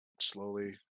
slowly